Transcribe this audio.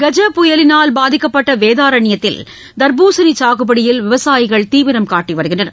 கஜ புயலினால் பாதிக்கப்பட்ட வேதாரண்யத்தில் தர்பூசணி சாகுபடியில் விவசாயிகள் தீவிரம் காட்டி வருகின்றனர்